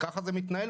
כך זה מתנהל.